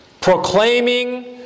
proclaiming